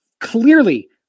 clearly